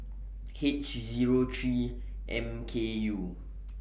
H Zero three M K U